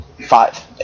five